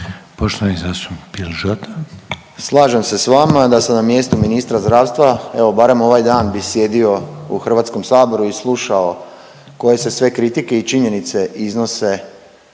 Boris (SDP)** Slažem se s vama. Da sam na mjestu ministra zdravstva, evo barem ovaj dan bi sjedio u HS-u i slušao koje se sve kritike i činjenice iznose